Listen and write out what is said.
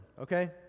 okay